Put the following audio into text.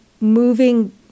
moving